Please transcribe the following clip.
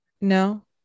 no